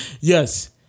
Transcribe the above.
Yes